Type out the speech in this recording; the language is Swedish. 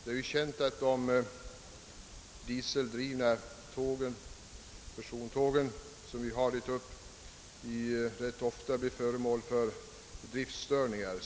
Det är känt att de dieseldrivna persontåg som går upp till Mora rätt ofta blir föremål för driftstörningar.